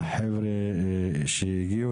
והחבר'ה שהגיעו